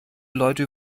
leute